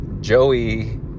Joey